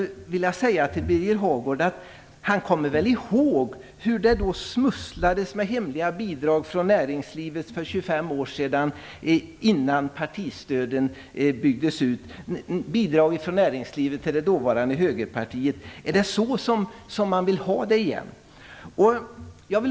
Han kommer väl ihåg hur det smusslades med hemliga bidrag från näringslivet till dåvarande Högerpartiet för 25 år sedan innan partistöden byggdes ut. Är det så som man vill ha det igen?